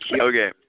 Okay